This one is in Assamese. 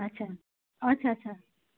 আচ্ছা আচ্ছা আচ্ছা